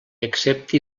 accepti